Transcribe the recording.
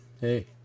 Hey